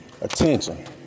Attention